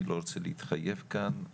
אני לא רוצה להתחייב כאן,